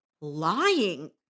lying